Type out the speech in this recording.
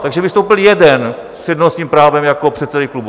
Takže vystoupil jeden s přednostním právem jako předseda klubu.